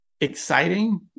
exciting